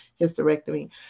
hysterectomy